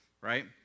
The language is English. right